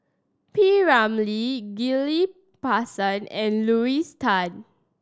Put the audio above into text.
P Ramlee Ghillie Basan and Tan